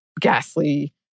ghastly